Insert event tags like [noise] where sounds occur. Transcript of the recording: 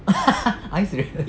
[laughs] are you serious